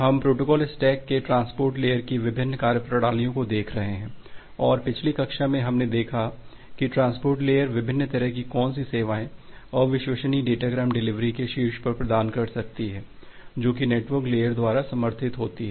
हम protocol stack के transport layer की विभिन्न कार्यप्रणालियों को देख रहे हैं और पिछली कक्षा में हमने देखा कि ट्रांसपोर्ट लेयर विभिन्न तरह की कौन सी सेवाएँ अविश्वसनीय डेटाग्राम डिलीवरी के शीर्ष पर प्रदान कर सकती है जो कि नेटवर्क लेयर द्वारा समर्थित होती है